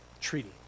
treaty